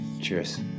Cheers